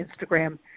Instagram